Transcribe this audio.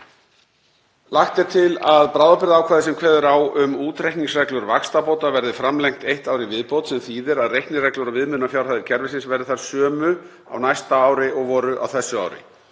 Lagt er til að bráðabirgðaákvæði sem kveður á um útreikningsreglur vaxtabóta verði framlengt eitt ár í viðbót sem þýðir að reiknireglur og viðmiðunarfjárhæðir kerfisins verði þær sömu á næsta ári og voru á þessu ári.